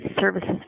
services